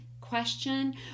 question